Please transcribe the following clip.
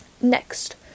Next